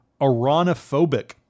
Iranophobic